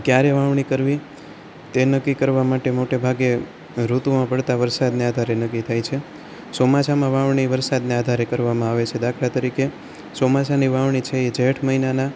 ક્યારે વાવણી કરવી તે નક્કી કરવા માટે મોટે ભાગે ઋતુઓમાં પડતા વરસાદને આધારે નક્કી થાય છે ચોમાસાંમાં વાવણી વરસાદને આધારે કરવામાં આવે છે દાખલા તરીકે ચોમાસાંની વાવણી છે એ જેઠ મહિનાના